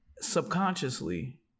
Subconsciously